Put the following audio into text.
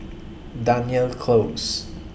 Dunearn Close